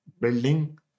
building